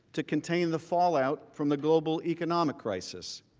to contain the fallout from the global economic crisis.